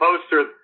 poster